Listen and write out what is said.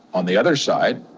on the other side,